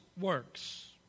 works